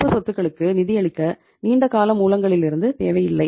நடப்பு சொத்துக்களுக்கு நிதியளிக்க நீண்ட கால மூலங்களிலிருந்து தேவையில்லை